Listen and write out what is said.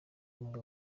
muri